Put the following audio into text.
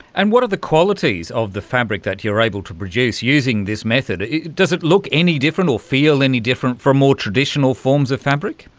and what are the qualities of the fabric that you're able to produce using this method? does it look any different or feel any different from the more traditional forms of fabric?